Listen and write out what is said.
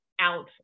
out